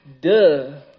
Duh